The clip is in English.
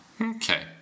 Okay